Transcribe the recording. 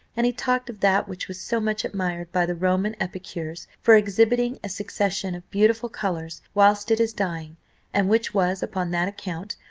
and he talked of that which was so much admired by the roman epicures for exhibiting a succession of beautiful colours whilst it is dying and which was, upon that account,